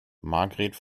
margret